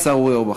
השר אורי אורבך.